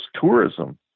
tourism